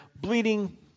bleeding